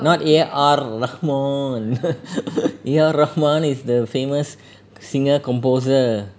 not A R Rahman A R Rahman is the famous singer-composer